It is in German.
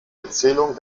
erzählung